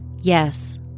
Yes